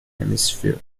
hemisphere